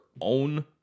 own